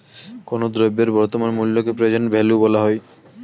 কোনো দ্রব্যের বর্তমান মূল্যকে প্রেজেন্ট ভ্যালু বলা হয়